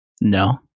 No